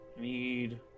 need